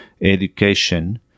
education